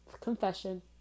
Confession